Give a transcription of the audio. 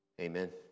Amen